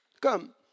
Come